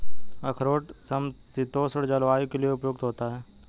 अखरोट समशीतोष्ण जलवायु के लिए उपयुक्त होता है